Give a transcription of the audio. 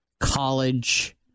college